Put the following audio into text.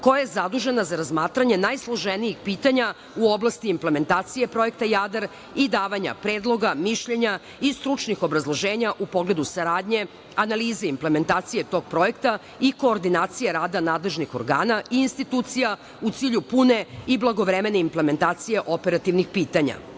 koja je zadužena za razmatranje najsloženijih pitanja u oblasti implementacije Projekta „Jadar“ i davanja predloga, mišljenja i stručnih obrazloženja u pogledu saradnje, analize i implementacije tog projekta i koordinacije rada nadležnih organa i institucija, u cilju pune i blagovremene implementacije operativnih pitanja. Prateći